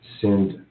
send